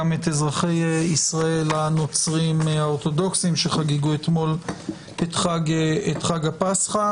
גם את אזרחי ישראל הנוצרים האורתודוקסים שחגגו אתמול את חג הפסחא.